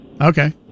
okay